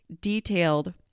detailed